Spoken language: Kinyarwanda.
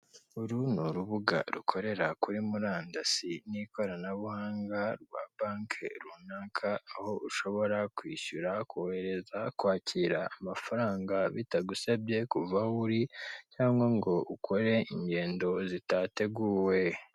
Uru ni urubuga rukorera kuri murandasi n'ikoranabuhanga rwa banki runaka aho ushobora kwishyura kohereza, kwakira amafaranga bitagusabye kuva aho uri cyangwa ngo ukore ingendo zitateguwe.